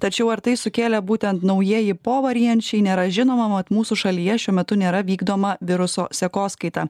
tačiau ar tai sukėlė būtent naujieji povarijančiai nėra žinoma mat mūsų šalyje šiuo metu nėra vykdoma viruso sekoskaita